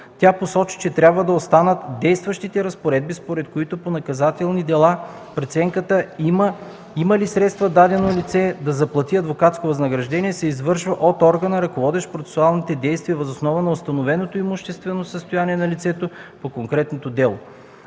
Тя посочи, че трябва да останат действащите разпоредби, според които по наказателни дела преценката има ли средства дадено лице да заплати адвокатско възнаграждение се извършва от органа, ръководещ процесуалните действия, въз основа на установеното имуществено състояние на лицето по конкретното дело.